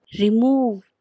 remove